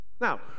Now